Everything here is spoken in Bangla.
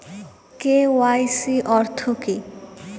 কে.ওয়াই.সি অর্থ কি?